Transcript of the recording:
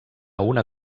una